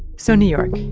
so new york,